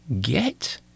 get